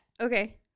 Okay